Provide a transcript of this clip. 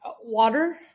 Water